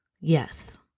Yes